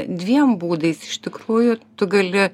dviem būdais iš tikrųjų tu gali